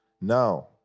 Now